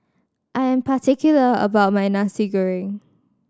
I am particular about my Nasi Goreng